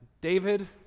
David